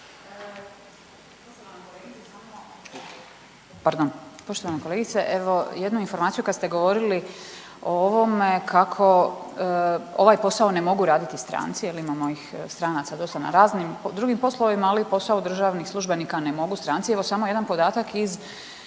poštovana kolegice evo jednu informaciju kad ste govorili o ovome kako ovaj posao ne mogu raditi stranci jel imamo ih, stranaca dosta na raznim drugih poslovima, ali posao državnih službenika ne mogu stranci. Evo samo jedan podatak iz,